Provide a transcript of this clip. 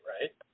Right